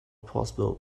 possible